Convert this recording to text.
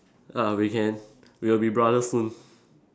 ah weekend we'll be brothers soon